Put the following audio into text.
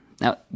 Now